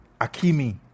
Akimi